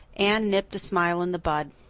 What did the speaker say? anne nipped a smile in the bud.